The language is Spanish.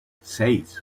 seis